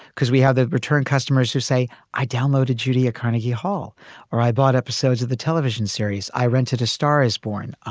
because we have the return customers who say i downloaded judy at carnegie hall or i bought episodes of the television series. i rented a star is born.